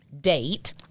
date